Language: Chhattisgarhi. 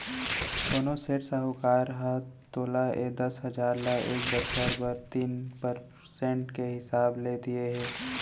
कोनों सेठ, साहूकार ह तोला ए दस हजार ल एक बछर बर तीन परसेंट के हिसाब ले दिये हे?